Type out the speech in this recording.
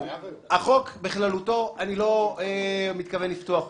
החוק בכללותו, אני לא מתכוון לפתוח אותו.